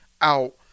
out